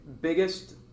Biggest